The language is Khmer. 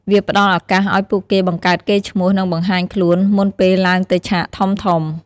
វាផ្តល់ឱកាសឲ្យពួកគេបង្កើតកេរ្តិ៍ឈ្មោះ និងបង្ហាញខ្លួន មុនពេលឡើងទៅឆាកធំៗ។